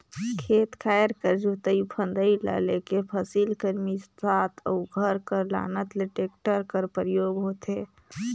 खेत खाएर कर जोतई फदई ल लेके फसिल कर मिसात अउ घर कर लानत ले टेक्टर कर परियोग होथे